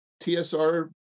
tsr